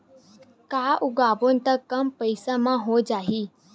का उगाबोन त कम पईसा म हो जाही?